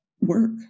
work